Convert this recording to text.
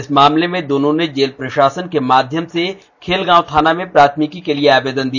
इस मामले में दोनों ने जेल प्रषासन के माध्यम से खेलगांव थाना में प्राथमिकी को लिए आवेदन दिया